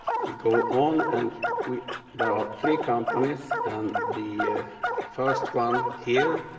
we go on and we there are three companies and the first one here